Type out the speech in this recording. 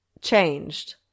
changed